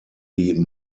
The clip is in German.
die